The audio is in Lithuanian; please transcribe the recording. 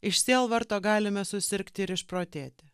iš sielvarto galime susirgti ir išprotėti